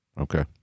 Okay